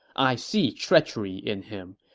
i see treachery in him.